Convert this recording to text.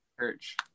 church